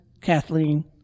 kathleen